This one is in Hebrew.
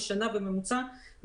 בממוצע בשנה,